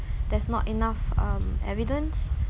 there's not enough um evidence